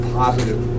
positive